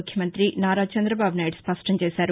ముఖ్యమంగ్రతి నారా చంద్రబాబునాయుడు స్పష్టంచేశారు